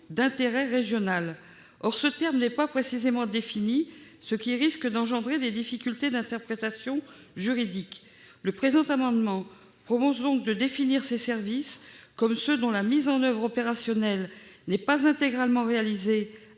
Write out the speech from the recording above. d'intérêt régional ». Or ce terme n'est pas précisément défini, ce qui risque d'engendrer des difficultés d'interprétation juridique. Le présent amendement tend donc à définir ces services comme ceux dont la mise en oeuvre opérationnelle n'est pas intégralement réalisée